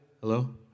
Hello